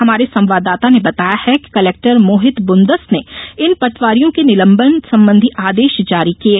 हमारे संवाददाता ने बताया है कि कलेक्टर मोहित बुंदस ने इन पटवारियों के निलम्बन संबंधी आदेश जारी किये